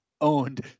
owned